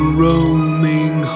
roaming